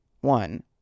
One